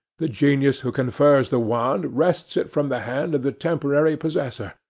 the genius who confers the wand, wrests it from the hand of the temporary possessor,